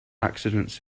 accidents